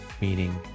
meaning